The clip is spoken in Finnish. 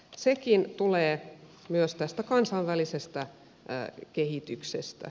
sekin tulee myös tästä kansainvälisestä kehityksestä